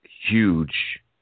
huge